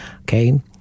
Okay